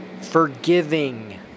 forgiving